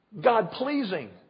God-pleasing